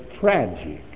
tragic